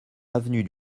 avenue